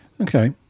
okay